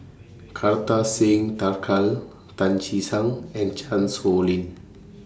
Kartar Singh Thakral Tan Che Sang and Chan Sow Lin